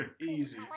easy